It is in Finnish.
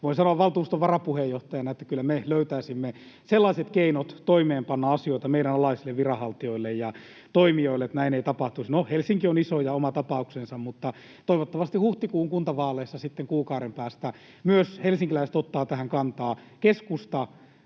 voin sanoa valtuuston varapuheenjohtajana, että kyllä me löytäisimme sellaiset keinot toimeenpanna asioita meidän alaisillemme viranhaltijoille ja toimijoille, että näin ei tapahtuisi. No, Helsinki on iso ja oma tapauksensa, mutta toivottavasti huhtikuun kuntavaaleissa sitten kuukauden päästä myös helsinkiläiset ottavat tähän kantaa. Keskusta